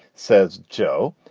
says joe,